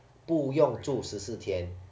不用住十四天